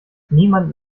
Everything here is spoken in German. niemand